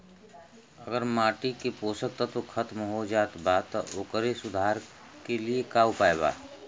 अगर माटी के पोषक तत्व खत्म हो जात बा त ओकरे सुधार के लिए का उपाय बा?